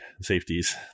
safeties